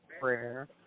prayer